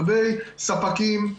הרבה ספקים,